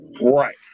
Right